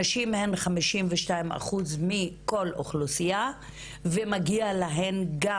הנשים הן 52 אחוז מכל אוכלוסיה ומגיע להן גם